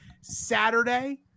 Saturday